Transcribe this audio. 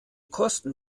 kosten